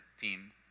team